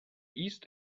east